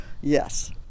Yes